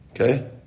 Okay